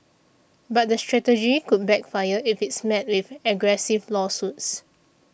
but the strategy could backfire if it's met with aggressive lawsuits